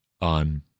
on